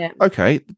Okay